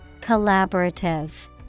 Collaborative